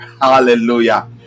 Hallelujah